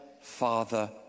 father